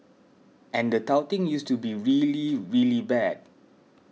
and the touting used to be really really bad